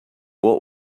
what